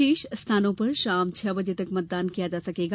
शेष स्थानों पर शाम छह बजे तक मतदान किया जा सकेगा